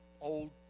old